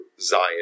Zion